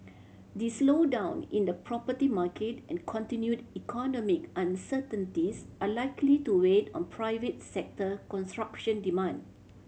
the slowdown in the property market and continued economic uncertainties are likely to weight on private sector construction demand